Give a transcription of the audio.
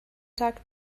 tag